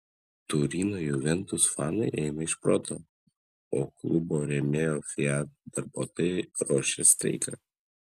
turino juventus fanai eina iš proto o klubo rėmėjo fiat darbuotojai ruošia streiką